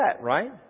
right